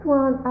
one